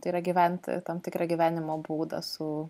tai yra gyventi tam tikrą gyvenimo būdą su